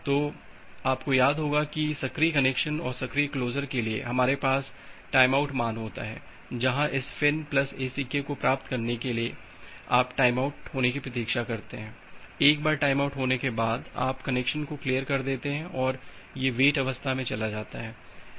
तो आपको याद होगा है कि सक्रिय कनेक्शन और सक्रिय क्लोसर के लिए हमारे पास टाइमआउट मान होता है जहां इस फ़िन् प्लस ACK को प्राप्त करने के बाद आप टाइमआउट होने की प्रतीक्षा करते हैं एक बार टाइमआउट होने के बाद आप कनेक्शन को क्लियर कर देते हैं और ये वेट अवस्था में चला जाता है